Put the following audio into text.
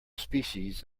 species